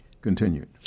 continued